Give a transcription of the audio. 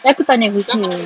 aku tanya husni